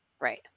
Right